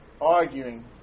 arguing